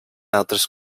altres